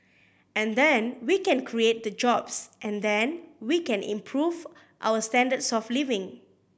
and then we can create the jobs and then we can improve our standards of living